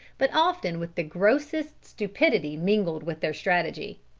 but often with the grossest stupidity mingled with their strategy.